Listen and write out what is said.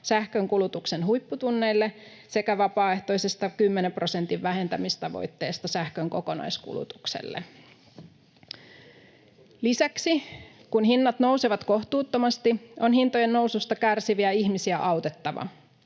sähkönkulutuksen huipputunneille sekä vapaaehtoisesta kymmenen prosentin vähentämistavoitteesta sähkön kokonaiskulutukselle. Lisäksi, kun hinnat nousevat kohtuuttomasti, on hintojen noususta kärsiviä ihmisiä autettava.